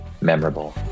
memorable